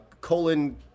colon